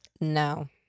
no